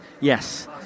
Yes